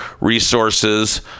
Resources